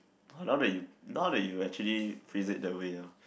now that you now that you actually phrase it that way ah